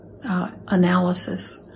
analysis